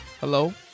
Hello